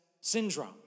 syndrome